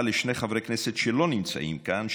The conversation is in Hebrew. הוקרה לשני חברי כנסת שלא נמצאים כאן,